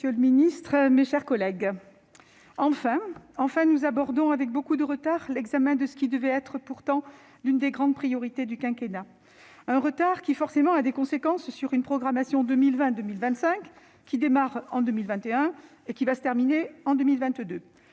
monsieur le ministre, mes chers collègues, enfin ! Enfin, nous abordons, avec beaucoup de retard, l'examen de ce qui devait être l'une des grandes priorités du quinquennat. Ce retard a forcément des conséquences sur une programmation 2020-2025 qui commence en 2021 et se termine en 2022.